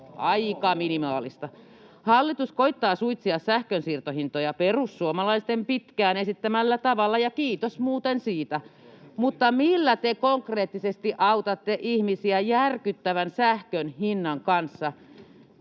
Aika minimaalista. Hallitus koettaa suitsia sähkönsiirtohintoja perussuomalaisten pitkään esittämällä tavalla, ja kiitos muuten siitä, mutta millä te konkreettisesti autatte ihmisiä järkyttävän sähkön hinnan kanssa?